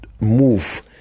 move